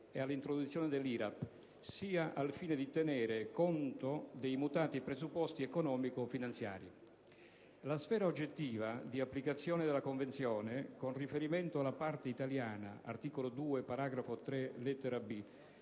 e all'introduzione dell'IRAP), sia al fine di tenere conto dei mutati presupposti economico-finanziari. La sfera oggettiva di applicazione della Convenzione, con riferimento alla parte italiana (articolo 2, paragrafo 3, lettera